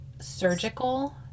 surgical